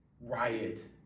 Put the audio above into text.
Riot